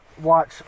watch